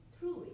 truly